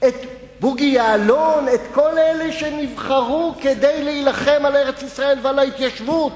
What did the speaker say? את בוגי יעלון וכל אלה שנבחרו כדי להילחם על ארץ-ישראל ועל ההתיישבות.